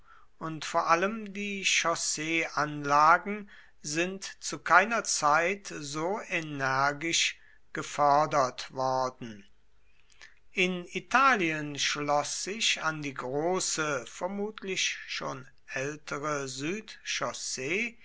und vor allem die chausseeanlagen sind zu keiner zeit so energisch gefördert worden in italien schloß sich an die große vermutlich schon ältere südchaussee